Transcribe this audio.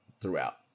throughout